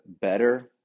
better